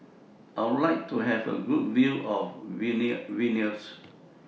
I Would like to Have A Good View of Vilnius